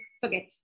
forget